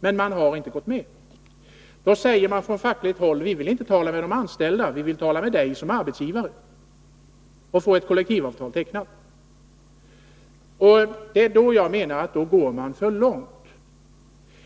Från fackligt håll har man då sagt: Vi vill inte tala med de anställda, utan vi vill tala med dig som arbetsgivare och få ett kollektivavtal tecknat. Det är då jag menar att man går för långt.